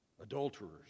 adulterers